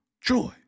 joy